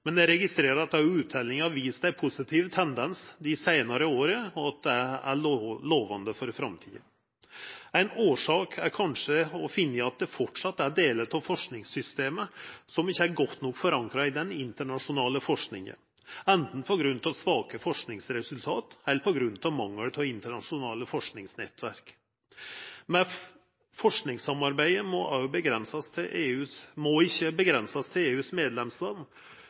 Men eg registrerer at òg utteljinga har vist ein positiv tendens dei seinare åra, og at det er lovande for framtida. Ein årsak er kanskje å finna i at det framleis er delar av forskingssystemet som ikkje er godt nok forankra i den internasjonale forskinga – anten på grunn av svake forskingsresultat eller på grunn av mangel på internasjonale forskingsnettverk. Men forskingssamarbeidet må ikkje verta avgrensa til